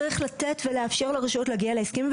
צריך לתת ולאפשר לרשויות להגיע להסכם,